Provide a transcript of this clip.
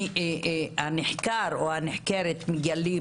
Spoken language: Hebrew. ככל שהנחקר או הנחקרת מגלים